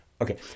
Okay